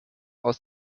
aus